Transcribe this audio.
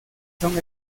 son